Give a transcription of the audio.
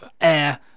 Air